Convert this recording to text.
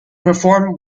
performed